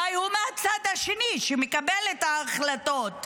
אולי הוא מהצד השני, שמקבל את ההחלטות להרוס.